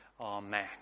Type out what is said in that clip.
Amen